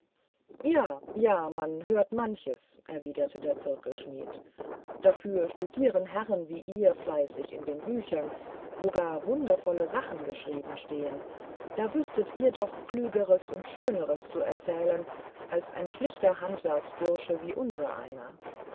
ja ja man hört manches erwiderte der zirkelschmidt dafür studieren herren wie ihr fleißig in den büchern wo gar wundervolle sachen geschrieben stehen da wüßtet ihr noch klügeres und schöneres zu erzählen als ein schlichter handwerksbursche wie